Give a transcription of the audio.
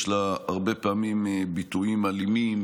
יש לה הרבה פעמים ביטויים אלימים,